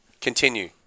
Continue